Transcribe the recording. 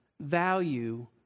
value